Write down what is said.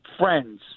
friends